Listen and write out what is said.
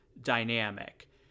dynamic